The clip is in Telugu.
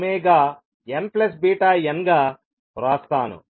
గా వ్రాస్తాను